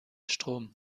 strom